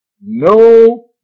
no